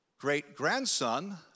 great-grandson